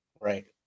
Right